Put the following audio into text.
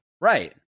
Right